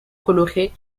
colorée